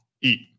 eat